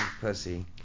pussy